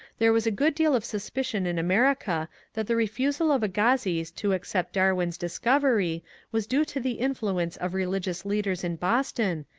there was a good deal of suspicion in america that the refusal of agassiz to accept darwin's discovery was due to the influence of religious leaders in boston,